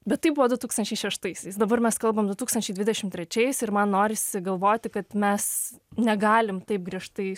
bet tai buvo du tūkstančiai šeštaisiais dabar mes kalbam du tūkstančiai dvidešim trečiais ir man norisi galvoti kad mes negalim taip griežtai